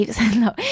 No